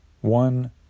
one